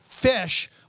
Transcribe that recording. Fish